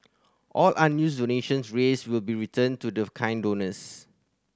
all unused donations raised will be returned to the kind donors